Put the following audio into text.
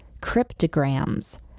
cryptograms